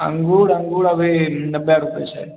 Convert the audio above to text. अङ्गुर अङ्गुर अभी नब्बे रूपये छै